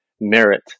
merit